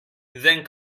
then